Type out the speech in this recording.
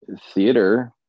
theater